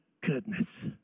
goodness